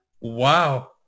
Wow